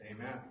Amen